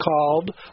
called